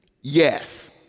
yes